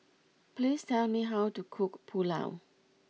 please tell me how to cook Pulao